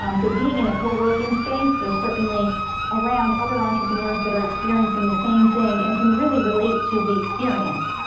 um so being in a co-working space, they're certainly around other entrepreneurs that are experiencing the same thing and can really relate to the experience.